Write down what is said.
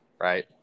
right